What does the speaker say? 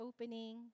opening